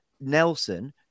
Nelson